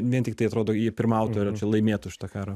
vien tiktai atrodo jie pirmautų ar čia laimėtų šitą karą